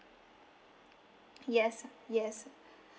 yes yes